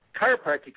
chiropractic